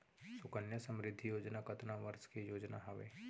सुकन्या समृद्धि योजना कतना वर्ष के योजना हावे?